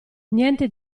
niente